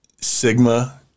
Sigma